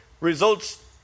results